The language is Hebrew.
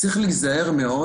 צריך להיזהר מאוד